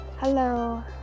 hello